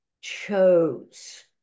chose